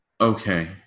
Okay